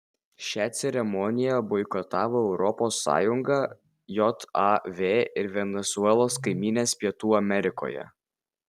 šią ceremoniją boikotavo europos sąjunga jav ir venesuelos kaimynės pietų amerikoje